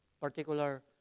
particular